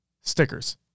stickers